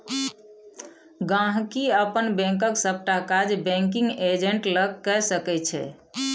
गांहिकी अपन बैंकक सबटा काज बैंकिग एजेंट लग कए सकै छै